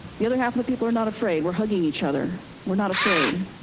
the other half of the people are not afraid. we're hugging each other, we're not afraid.